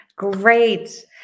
Great